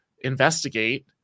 investigate